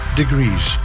degrees